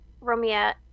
Romeo